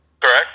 Correct